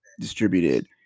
distributed